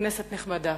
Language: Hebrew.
כנסת נכבדה,